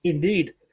indeed